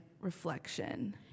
Reflection